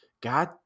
god